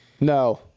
No